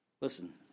Listen